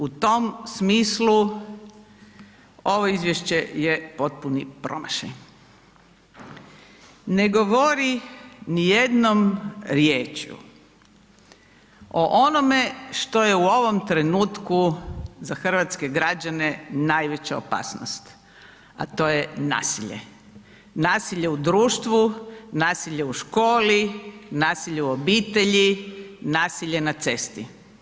U tom smislu ovo izvješće je potpuni promašaj, ne govori ni jednom riječju o onome što je u ovom trenutku za hrvatske građane najveća opasnost, a to je nasilje, nasilje u društvu, nasilje u školi, nasilje u obitelji, nasilje na cesti.